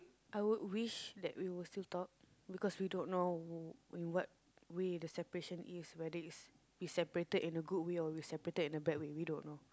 I would wish that we will still talk because we don't know in what way the separation is whether is is separated in a good way or we separated in a bad way we don't know